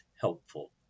helpful